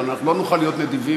אבל אנחנו לא נוכל להיות נדיבים.